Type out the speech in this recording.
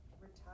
retire